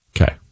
Okay